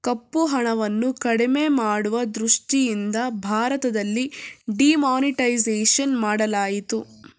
ಕಪ್ಪುಹಣವನ್ನು ಕಡಿಮೆ ಮಾಡುವ ದೃಷ್ಟಿಯಿಂದ ಭಾರತದಲ್ಲಿ ಡಿಮಾನಿಟೈಸೇಷನ್ ಮಾಡಲಾಯಿತು